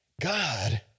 God